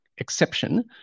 exception